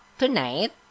tonight